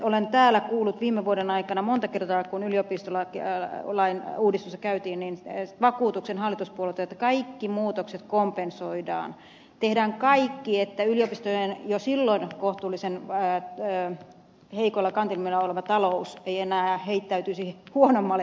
olen täällä kuullut viime vuoden aikana monta kertaa kun yliopistolain uudistusta käytiin vakuutuksen hallituspuolelta että kaikki muutokset kompensoidaan tehdään kaikki että yliopistojen jo silloin kohtuullisen heikoilla kantimilla oleva talous ei enää heittäytyisi huonommalle tilalle